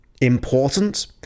important